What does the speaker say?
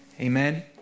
Amen